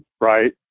right